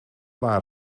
waren